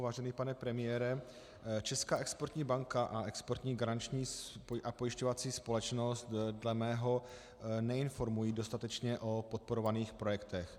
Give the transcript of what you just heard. Vážený pane premiére, Česká exportní banka a Exportní garanční a pojišťovací společnost dle mého neinformují dostatečně o podporovaných projektech.